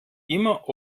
immer